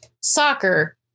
soccer